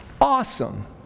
Awesome